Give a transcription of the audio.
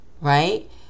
right